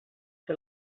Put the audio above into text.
fer